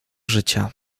życia